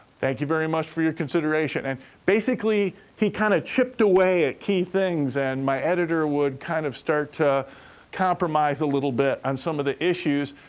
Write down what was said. thank you very much for your consideration. and basically, he kinda chipped away at key things and my editor would kind of start to compromise a little bit on some the issues,